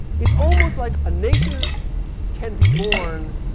it's almost like a nation can be born,